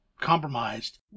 compromised